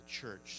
church